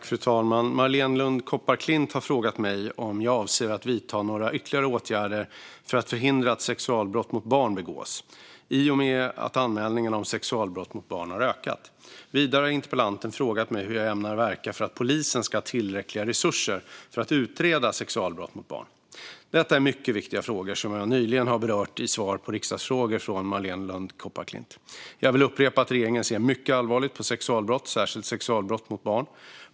Fru talman! Marléne Lund Kopparklint har frågat mig om jag avser att vidta några ytterligare åtgärder för att förhindra att sexualbrott mot barn begås i och med att anmälningarna om sexualbrott mot barn har ökat. Vidare har interpellanten frågat mig hur jag ämnar verka för att polisen ska ha tillräckliga resurser för att utreda sexualbrott mot barn. Detta är mycket viktiga frågor, som jag nyligen har berört i svar på riksdagsfrågor från Marléne Lund Kopparklint. Jag vill upprepa att regeringen ser mycket allvarligt på sexualbrott, särskilt sexualbrott mot barn.